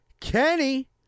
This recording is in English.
Kenny